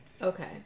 Okay